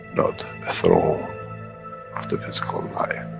not a throne of the physical life.